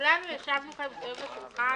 כולנו ישבנו כאן סביב השולחן.